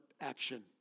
action